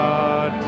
God